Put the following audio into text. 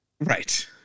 Right